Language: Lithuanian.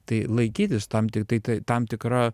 tai laikytis tam tiktai tai tam tikra